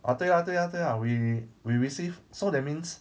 ah 对 ah 对 ah 对 ah we we receive so that means